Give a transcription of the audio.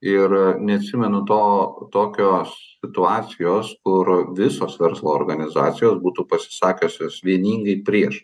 ir neatsimenu to tokios situacijos kur visos verslo organizacijos būtų pasisakiusios vieningai prieš